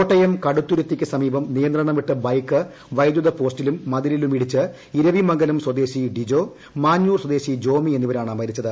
കോട്ടയം കടുത്തുരുത്തിക്ക് സമീപം നിയന്ത്രണം വ്യിട്ടു ഐബക്ക് വൈദ്യുത പോസ്റ്റിലും മതിലിലും ഇടിച്ച് ഇരവിമൃഗിൽക്ട്സ്ദേശി ഡിജോ മാഞ്ഞൂർ സ്വദേശി ജോമി എന്നിവരാണ് മരിച്ചത്